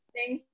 Thank